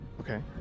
Okay